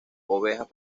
ovejas